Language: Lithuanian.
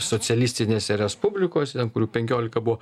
socialistinėse respublikose kurių penkiolika buvo